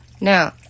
now